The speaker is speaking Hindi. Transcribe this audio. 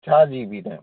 चार जी बी रैम